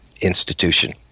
institution